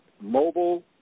mobile